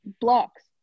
blocks